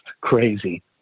crazy